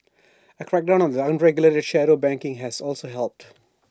A crackdown on unregulated shadow banking has also helped